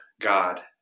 God